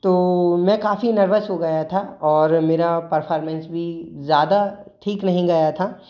तो मैं काफ़ी नर्वस हो गया था और मेरा परफॉरमेंस भी ज़्यादा ठीक नहीं गया था